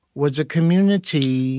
was a community